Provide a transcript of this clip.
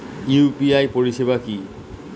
UPI পরিষেবা কি?